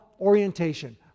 orientation